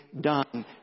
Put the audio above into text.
done